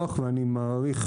ולכן אני חושב